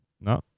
No